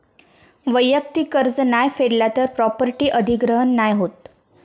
वैयक्तिक कर्ज नाय फेडला तर प्रॉपर्टी अधिग्रहण नाय होत